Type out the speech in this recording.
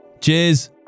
Cheers